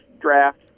draft